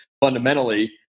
fundamentally